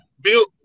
Bill